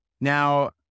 Now